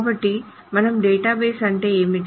కాబట్టి మనము డేటాబేస్ అంటే ఏమిటి